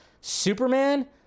Superman